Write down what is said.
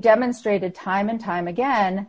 demonstrated time and time again